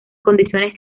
condiciones